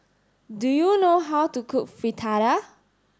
do you know how to cook Fritada